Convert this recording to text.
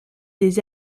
des